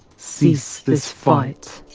cease this fight,